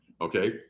Okay